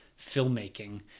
filmmaking